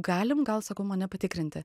galim gal sakau mane patikrinti